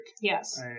yes